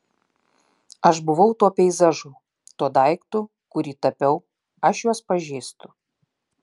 aš buvau tuo peizažu tuo daiktu kurį tapiau aš juos pažįstu